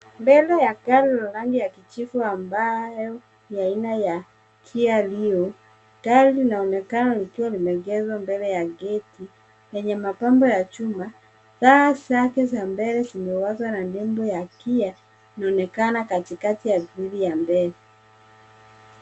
Mbele ya gari la rangi ya kijivu ambayo ni aina ya Kia Rio. Gari linaonekana likiwa limeegezwa mbele ya geti lenye mapambo ya chuma. Taa zake zake za mbele zimewashwa na nembo ya Kia inaonekana katikati ya grili ya mbele.